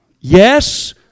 yes